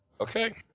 Okay